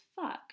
fuck